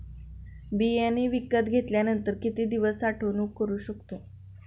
बियाणे विकत घेतल्यानंतर किती दिवस साठवणूक करू शकतो?